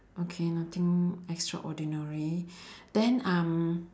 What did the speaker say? okay nothing extraordinary then um